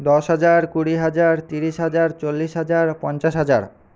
দশ হাজার কুড়ি হাজার তিরিশ হাজার চল্লিশ হাজার পঞ্চাশ হাজার